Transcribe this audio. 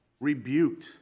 Rebuked